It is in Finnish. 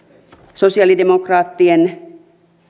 sosialidemokraattien